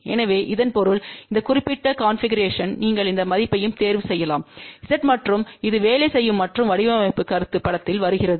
எனவே இதன் பொருள் இந்த குறிப்பிட்ட கன்பிகுரேஷன்வு நீங்கள் எந்த மதிப்பையும் தேர்வு செய்யலாம் Z மற்றும் இது வேலை செய்யும் மற்றும் வடிவமைப்பு கருத்து படத்தில் வருகிறது